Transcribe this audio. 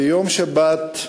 ביום שבת,